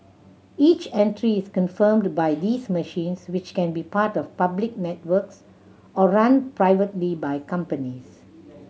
each entry is confirmed by these machines which can be part of public networks or run privately by companies